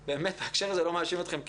בהקשר הזה אני לא מאשים אתכם,